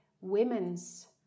women's